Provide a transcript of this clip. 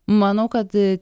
manau kad